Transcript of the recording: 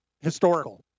historical